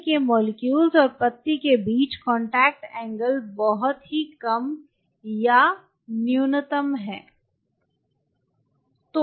पानी के मोलेक्युल्स और पत्ती के बीच कांटेक्ट एंगल बहुत ही कम या न्यूनतम है संदर्भ समय 1324